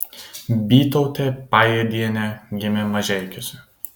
bytautė pajėdienė gimė mažeikiuose